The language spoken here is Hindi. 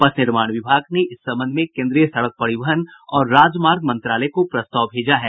पथ निर्माण विभाग ने इस संबंध में केन्द्रीय सड़क परिवहन और राजमार्ग मंत्रालय को प्रस्ताव भेजा है